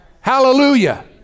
Hallelujah